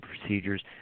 procedures